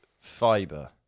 Fiber